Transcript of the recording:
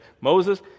Moses